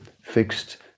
fixed